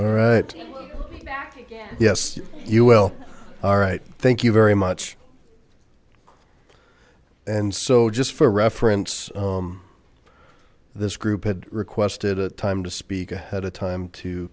all right yes you will all right thank you very much and so just for reference this group had requested a time to speak ahead of time to